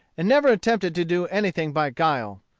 and never attempted to do anything by guile.